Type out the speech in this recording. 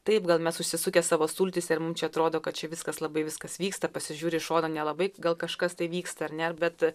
taip gal mes užsisukę savo sultyse ir mum čia atrodo kad čia viskas labai viskas vyksta pasižiūri į šoną nelabai gal kažkas tai vyksta ar ne bet